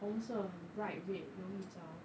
红色很 bright red 容易找